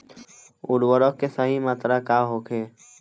उर्वरक के सही मात्रा का होखे?